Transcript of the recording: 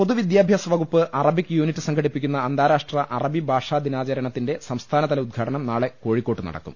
പൊതുവിദ്യാഭ്യാസ വകുപ്പ് Arabic unit സംഘടിപ്പിക്കുന്ന അന്താരാഷ്ട്ര അറബി ഭാഷാ ദിനാചരണത്തിന്റെ സംസ്ഥാനതല ഉദ്ഘാ ടനം നാളെ കോഴിക്കോട്ട് നടക്കും